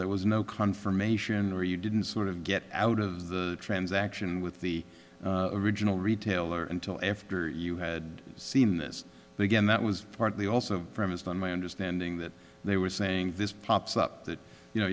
there was no confirmation or you didn't sort of get out of the transaction with the original retailer until after you had seen this again that was partly also premised on my understanding that they were saying this pops up that you know